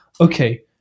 okay